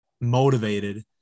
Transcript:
motivated